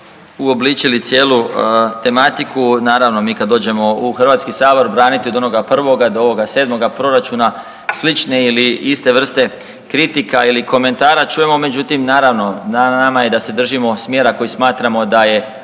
uobličili cijelu tematiku, naravno, mi kad dođemo u HS braniti od onoga 1. do ovoga 7. proračuna, slične ili iste vrste kritika ili komentara čujemo, međutim, naravno, na nama je da se držimo smjera koji smatramo da je